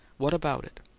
what about it?